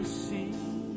see